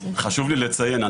חשוב לי לציין,